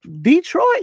Detroit